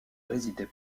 résidait